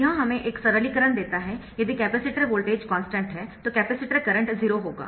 तो यह हमें एक सरलीकरण देता है यदि कैपेसिटर वोल्टेज कॉन्स्टन्ट है तो कैपेसिटर करंट 0 होगा